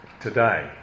today